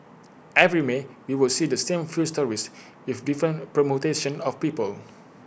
every may we would see the same few stories with different permutations of people